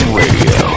radio